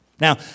Now